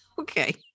Okay